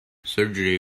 surgery